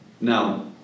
now